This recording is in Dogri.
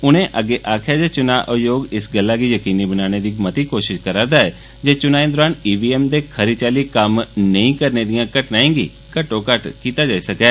उनें अग्गें आक्खेआ जे चुनां आयोग इस गल्लै गी यकीनी बनाने दी कोषष करा'रदा ऐ जे चुनाएं दौरान ई वी एम दे खरी चाल्ली कम्म नेंई करने दिएं घटनाएं गी घट्टोघट्ट कीता जाई सकै